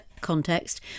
context